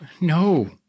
No